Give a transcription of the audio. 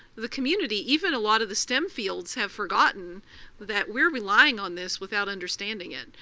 the community, even a lot of the stem fields have forgotten that we're relying on this without understanding it.